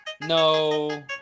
no